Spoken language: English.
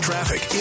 traffic